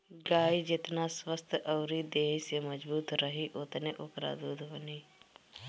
गाई जेतना स्वस्थ्य अउरी देहि से मजबूत रही ओतने ओकरा दूध बनी